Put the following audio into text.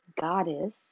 goddess